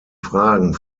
fragen